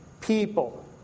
people